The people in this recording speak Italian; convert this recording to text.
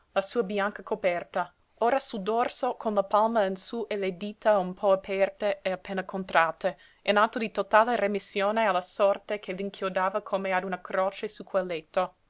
la bianca coperta ora sul dorso con la palma in sú e le dita un po aperte e appena contratte in atto di totale remissione alla sorte che l'inchiodava come a una croce su quel letto